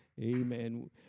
Amen